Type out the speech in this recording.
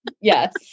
Yes